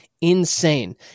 insane